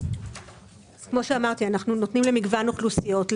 כמו שאמרתי, אנחנו נותנים למגוון אוכלוסיות.